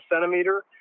centimeter